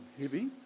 heavy